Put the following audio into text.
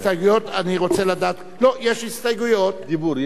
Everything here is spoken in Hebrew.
אני רק רוצה להפנות את תשומת לבם של המסתייגים,